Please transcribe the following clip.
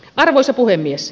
arvoisa puhemies